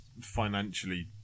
financially